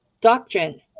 doctrine